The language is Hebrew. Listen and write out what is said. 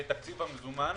בעיקר בתקציב המזומן.